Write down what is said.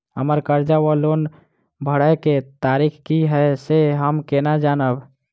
हम्मर कर्जा वा लोन भरय केँ तारीख की हय सँ हम केना जानब?